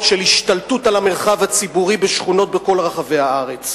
של השתלטות על המרחב הציבורי בשכונות בכל רחבי הארץ.